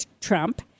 Trump